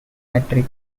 cemetery